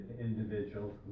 individual